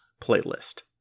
playlist